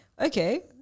okay